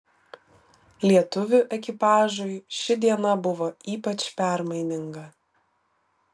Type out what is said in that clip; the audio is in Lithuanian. lietuvių ekipažui ši diena buvo ypač permaininga